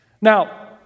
Now